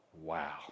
wow